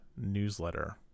newsletter